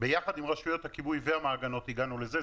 ביחד עם רשויות הכיבוי והמעגנות הגענו לזה.